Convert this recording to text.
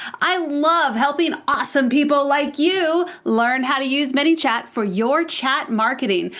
i love helping awesome people like you learn how to use manychat for your chat marketing.